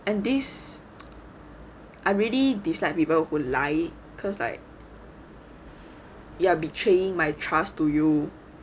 and this I really dislike people will lie cause like you are betraying my trust to you